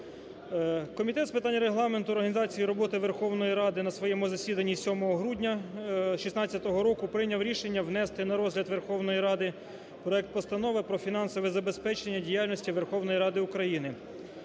Комітет з питань Регламенту, організації роботи Верховної Ради на своєму засіданні 7 грудня 16-го року прийняв рішення внести на розгляд Верховної Ради проект постанови про фінансове забезпечення діяльності Верховної Ради України,